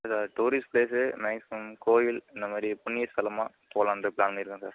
sir tourist place கோவில் அந்தமாதிரி புண்ணிய ஸ்தலமாக போகலாம்ட்டு ப்ளான் பண்ணியிருக்கோம் சார்